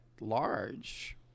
large